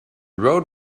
road